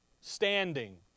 standing